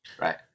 right